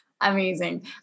amazing